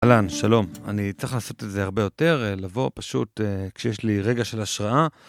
אהלן, שלום. אני צריך לעשות את זה הרבה יותר, לבוא פשוט כשיש לי רגע של השראה.